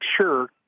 sure